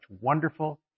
wonderful